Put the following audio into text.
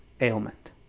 ailment